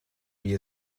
wie